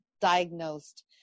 diagnosed